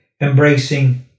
embracing